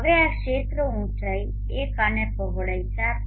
હવે આ ક્ષેત્ર ઉંચાઈ 1 અને પહોળાઈ 4